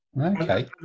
Okay